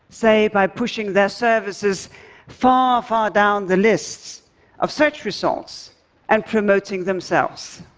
say, by pushing their services far, far down the list of search results and promoting themselves?